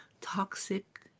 toxic